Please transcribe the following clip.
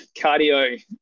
cardio